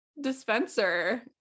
dispenser